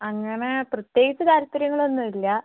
അങ്ങനെ പ്രത്യേകിച്ചു താല്പര്യങ്ങളൊന്നും ഇല്ല